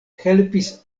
helpis